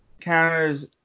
Counters